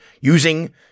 using